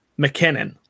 McKinnon